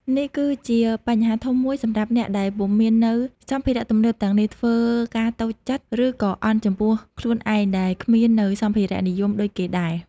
នេះគីជាបញ្ហាធំមួយសម្រាប់អ្នកដែលពុំមាននូវសម្ភារៈទំនើបទាំងនេះធ្វើការតូចចិត្តឬក៏អន់ចំពោះខ្លួនឯងដែលគ្មាននៅសម្ភារៈនិយមដូចគេដែរ។